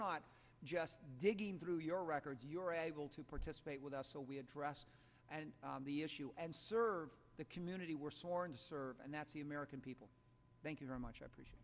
not just digging through your record your able to participate with us so we address and the issue and serve the community we're sworn to serve and that's the american people thank you very much i appreciate